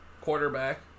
quarterback